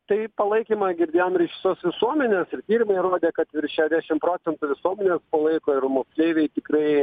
tai palaikymą girdėjom ir iš visos visuomenės ir tyrimai rodė kad virš šedešim procentų visuomenės palaiko ir moksleiviai tikrai